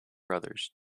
brothers